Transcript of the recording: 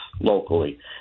locally